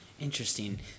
Interesting